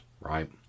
right